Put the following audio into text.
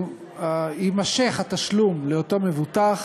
יימשך התשלום לאותו מבוטח